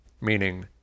meaning